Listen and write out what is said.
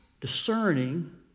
discerning